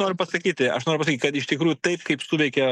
noriu pasakyti aš noriu pasakyt kad iš tikrųjų taip kaip suveikė